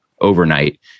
overnight